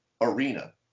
Arena